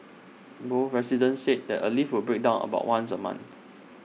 both residents said A lift would break down about once A month